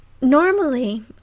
Normally